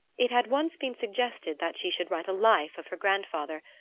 it had once been suggested that she should write a life of her grandfather,